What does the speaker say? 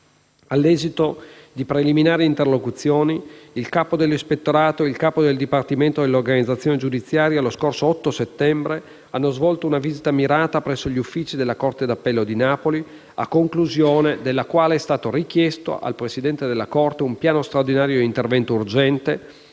All'esito di preliminari interlocuzioni, il capo dell'ispettorato e il capo del dipartimento dell'organizzazione giudiziaria lo scorso 8 settembre hanno svolto una visita mirata presso gli uffici della corte d'appello di Napoli, a conclusione della quale è stato richiesto al presidente della corte un piano straordinario di intervento urgente,